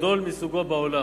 הגדול מסוגו בעולם,